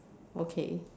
okay